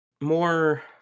more